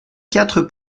quatre